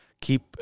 Keep